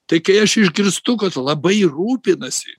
tai kai aš išgirstu kad labai rūpinasi